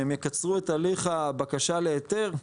שהם יקצרו את הליך הבקשה להיתר.